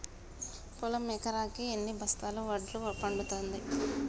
పొలం ఎకరాకి ఎన్ని బస్తాల వడ్లు పండుతుంది?